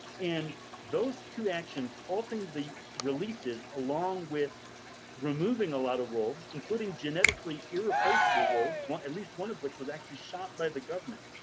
and those two actions halting the releases along with removing a lot of wolves, including genetically irreplaceable wolves at least one of which was actually shot by the government.